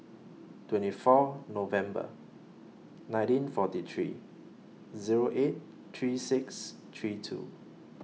twenty four November nineteen forty three Zero eight three six three two